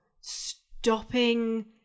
stopping